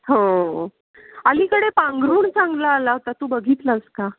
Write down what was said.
हो अलीकडे पांघरूण चांगला आला होता तू बघितला आहेस का